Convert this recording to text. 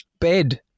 Bed